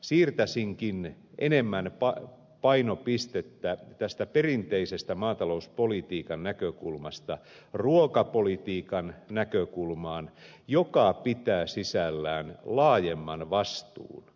siirtäisinkin painopistettä enemmän tästä perinteisestä maatalouspolitiikan näkökulmasta ruokapolitiikan näkökulmaan mikä pitää sisällään laajemman vastuun